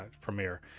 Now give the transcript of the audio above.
premiere